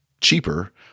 cheaper